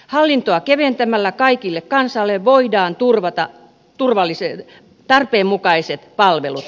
hallintoa keventämällä kaikelle kansalle voidaan turvata tarpeenmukaiset palvelut